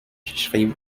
schrieb